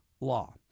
Law